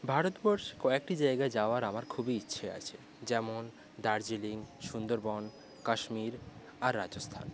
ভারতবর্ষে কয়েকটি জায়গা যাওয়ার আমার খুবই ইচ্ছে আছে যেমন দার্জিলিং সুন্দরবন কাশ্মীর আর রাজস্থান